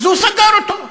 אז הוא סגר אותו.